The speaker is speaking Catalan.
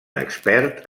expert